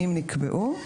אם נקבעו,